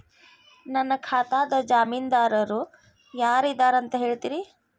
ನನ್ನ ಖಾತಾದ್ದ ಜಾಮೇನದಾರು ಯಾರ ಇದಾರಂತ್ ಹೇಳ್ತೇರಿ?